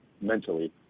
mentally